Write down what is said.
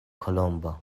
kolombo